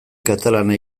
katalana